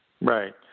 Right